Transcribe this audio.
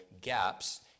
gaps